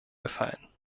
gefallen